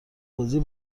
بازی